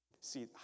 See